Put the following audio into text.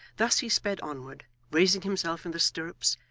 thus he sped onward, raising himself in the stirrups,